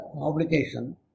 obligation